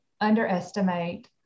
underestimate